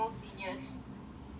join this year